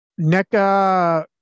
NECA